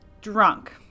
drunk